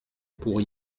pour